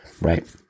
right